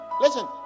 Listen